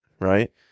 right